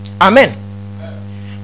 amen